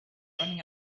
running